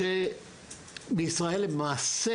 שבישראל למעשה